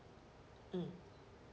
mm